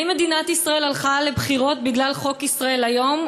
האם מדינת ישראל הלכה לבחירות בגלל חוק "ישראל היום",